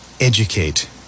educate